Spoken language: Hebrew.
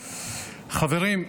חברים,